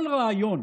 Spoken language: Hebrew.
כל רעיון,